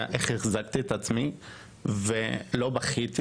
איך הצלחתי להחזיק את עצמי ולא לבכות.